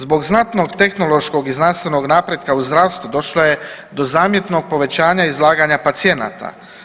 Zbog znatnog tehnološkog i znanstvenog napretka u zdravstvu došlo je do zamjetnog povećanja izlaganja pacijenata.